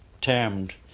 termed